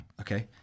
Okay